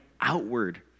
outward